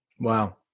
Wow